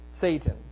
Satan